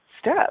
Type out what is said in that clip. step